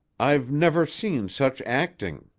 i've never seen such acting.